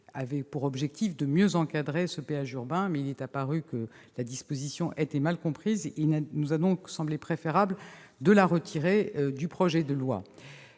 avaient pour objectif de mieux encadrer celui-ci. Or il est apparu que cette disposition était mal comprise et il nous a donc semblé préférable de la retirer du projet de loi.